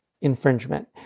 infringement